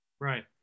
Right